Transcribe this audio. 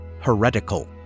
heretical